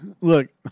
look